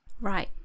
Right